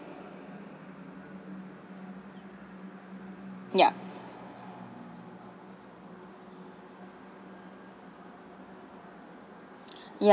yup yup